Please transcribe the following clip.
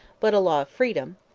but a law of freedom,